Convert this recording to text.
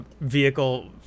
vehicle